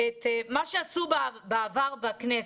קחו לדוגמה את מה שעשו בעבר בכנסת.